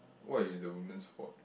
what is the woman's fault